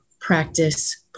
practice